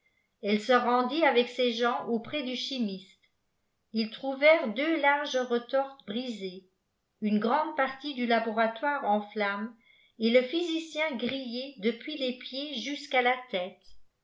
elle se rendit avec ses gens auprès du chimiste us trouvèrent deux larges retortes brisées une grande partie du laboratoire en flammes et le physicien grillé depuis les pieds jusqu'à la tête